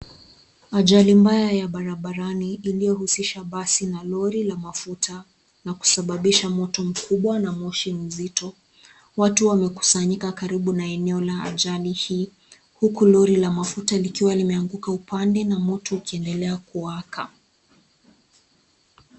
Ajali mbaya ya barabartani iliyo husisha basi na lori la mafuta na kusababisha moto mkubwa na moshi mzito. Watu wamekusanyika karibu na eneo la ajali hii huku lori la mafuta likiwa limeanguka upande na moto ukiendelea kuwaka.